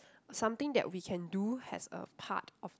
something that we can do has a part of